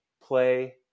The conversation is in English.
play